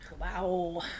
Wow